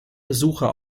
besucher